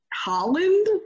holland